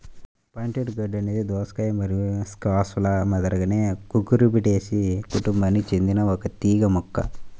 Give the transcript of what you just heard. pointed gourd అనేది దోసకాయ మరియు స్క్వాష్ల మాదిరిగానే కుకుర్బిటేసి కుటుంబానికి చెందిన ఒక తీగ మొక్క